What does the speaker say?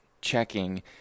checking